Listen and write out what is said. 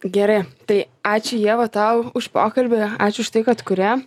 gerai tai ačiū ieva tau už pokalbį ačiū už tai kad kuri